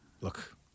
Look